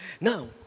Now